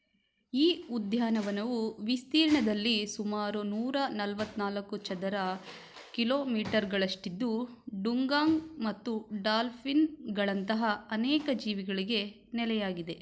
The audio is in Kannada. ಈ ಉದ್ಯಾನವನವು ವಿಸ್ತೀರ್ಣದಲ್ಲಿ ಸುಮಾರು ನೂರ ನಲವತ್ತನಾಲ್ಕು ಚದರ ಕಿಲೋಮೀಟರ್ಗಳಷ್ಟಿದ್ದು ಡುಂಗಾಂಗ್ ಮತ್ತು ಡಾಲ್ಫಿನ್ಗಳಂತಹ ಅನೇಕ ಜೀವಿಗಳಿಗೆ ನೆಲೆಯಾಗಿದೆ